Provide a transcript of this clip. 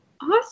Awesome